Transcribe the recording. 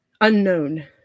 unknown